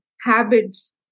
habits